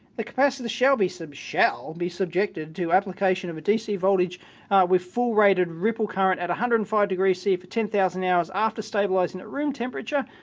the capacitor shall be so shall be subjected to application of a dc voltage with full rated ripple current at one hundred and five degrees c for ten thousand hours after stabilizing at room temperature,